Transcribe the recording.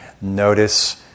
notice